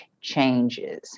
changes